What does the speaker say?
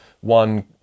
one